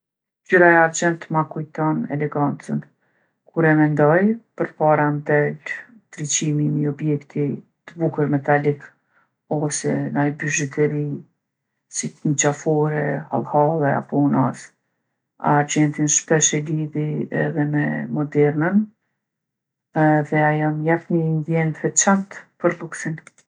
Ngjyra e argjendtë ma kujton elegancën. Kur e mendoj, përpara m'del ndriqimi i ni objekti t'bukur metalik ose naj bizhyteri si qafore, hallhalle apo edhe unazë. Argjendin shpesh e lidhi edhe me modernën edhe ajo m'jep ni ndjenjë t'veçantë për lluksin.